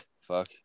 fuck